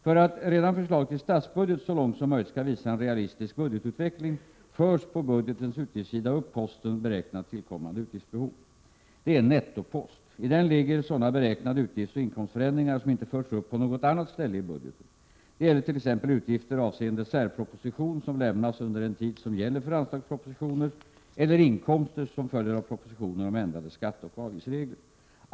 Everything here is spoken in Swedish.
För att redan förslaget till statsbudget så långt som möjligt skall visa en realistisk budgetutveckling förs på budgetens utgiftssida upp posten Beräknat tillkommande utgiftsbehov. Detta är en nettopost. I denna ligger sådana beräknade utgiftsoch inkomstförändringar som inte förts upp pa nägot annat ställe i budgeten. Det gäller t.ex. utgifter avseende särproposition som lämnas under den tid som gäller för anslagspropositioner eller inkomster som följer av propositioner om ändrade skatteoch avgiftsregler.